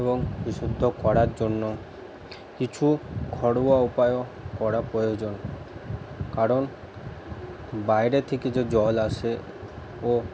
এবং বিশুদ্ধ করার জন্য কিছু ঘরোয়া উপায়ও করা প্রয়োজন কারণ বাইরে থেকে যে জল আসে ও